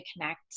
connect